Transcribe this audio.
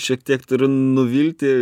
šiek tiek turiu nuvilti